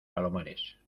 palomares